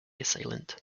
assailant